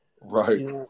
Right